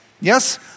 Yes